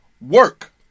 work